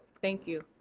thank you.